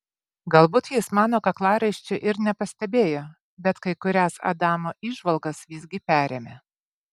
galbūt jis mano kaklaraiščio ir nepastebėjo bet kai kurias adamo įžvalgas visgi perėmė